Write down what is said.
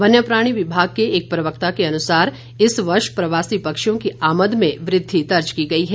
वन्य प्राणी विभाग के एक प्रवक्ता ने अनुसार इस वर्ष प्रवासी पक्षियों की आमद में वृद्धि दर्ज की गई है